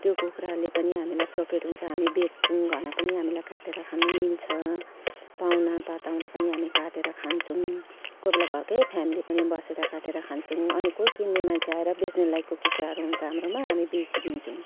त्यो कुखुराले पनि हामीलाई प्रफिट हुन्छ हामी बेच्छौँ घरमा पनि हामीलाई काटेर खानु मिल्छ पाहुनापात आउँदा पनि हामी काटेर खान्छौँ कोही बेला घरकै फ्यामिली पनि बसेर काटेर खान्छौँ अनि कोही किन्ने मान्छे आएर बेच्ने लाइकको कुखुराहरू हुन्छ हाम्रोमा हामी बेचिदिन्छौँ